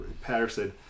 Patterson